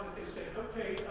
they say ah okay,